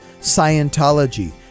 Scientology